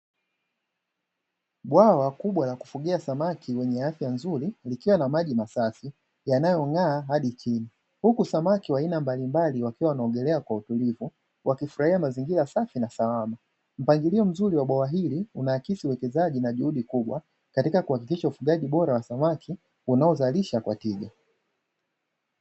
Bwawa kubwa la kufugia samaki wenye afya nzuri likiwa na maji masafi yanayong'aa hadi chini, huku samaki wa aina mbalimbali wakiwa wanaogelea kwa utulivu, wakifurahia mazingira safi na salama. Mpangilio mzuri wa bwawa hili unaakisi uwekezaji na juhudi kubwa katika kuhakikisha ufugaji bora wa samaki unaozalisha kwa tija.